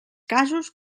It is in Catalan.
casos